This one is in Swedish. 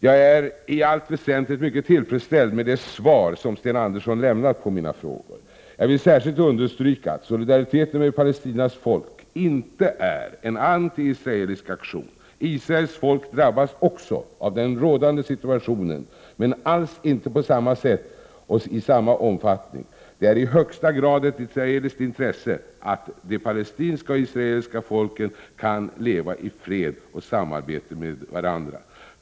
Jag är i allt väsentligt mycket tillfredsställd med de svar som Sten Andersson lämnat på mina frågor. Jag vill särskilt understryka att solidariteten med Palestinas folk inte är en antiisraelisk aktion. Israels folk drabbas också av den rådande situationen men alls inte på samma sätt och i samma omfattning. Det är i högsta grad ett israeliskt intresse att de palestinska och israeliska folken kan leva i fred och samarbete med varandra.